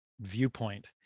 viewpoint